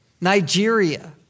Nigeria